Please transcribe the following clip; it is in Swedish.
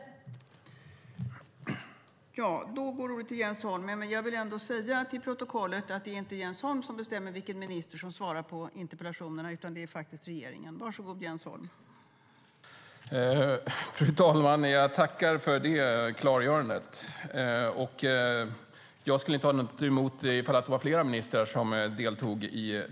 (FÖRSTE VICE TALMANNEN: Jag vill för protokollets skull säga att det inte är Jens Holm som bestämmer vilken minister som ska besvara interpellationen, utan det är regeringen som gör det.)